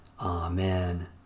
Amen